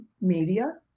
media